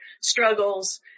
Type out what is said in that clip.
struggles